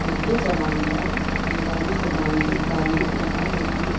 اردو زبان کا بنگالی زبان سے تعلق رہا ہے کہ